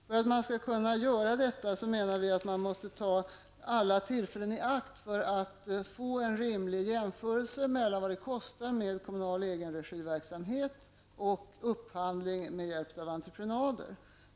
För att man skall kunna göra detta måste man, menar vi, ta alla tillfällen i akt för att få till stånd en rimlig jämförelse mellan vad det kostar med kommunal egenregiverksamhet och upphandling med hjälp av entreprenader.